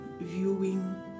viewing